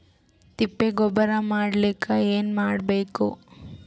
ತಿಪ್ಪೆ ಗೊಬ್ಬರ ಮಾಡಲಿಕ ಏನ್ ಮಾಡಬೇಕು?